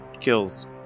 kills